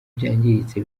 byangiritse